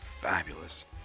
fabulous